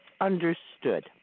Understood